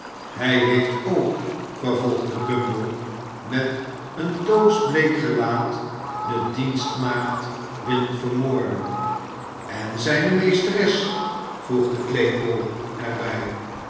hij heeft ook vervolgde bumble met een doodsbleek gelaat de dienstmaagd willen vermoorden en zijne meesteres voegde claypole er bij